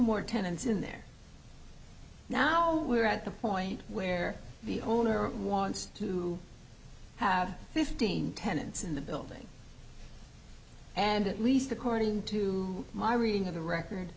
more tenants in there now we're at the point where the owner wants to have fifteen tenants in the building and at least according to my reading of the record